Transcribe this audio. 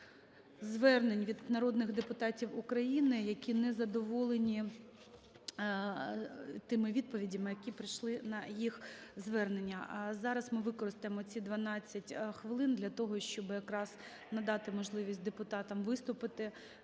звернень від народних депутатів України, які не задоволені тими відповідями, які прийшли на їх звернення. Зараз ми використаємо ці 12 хвилин для того, щоб якраз надати можливість депутатам виступити